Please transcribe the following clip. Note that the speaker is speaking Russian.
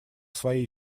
своей